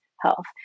health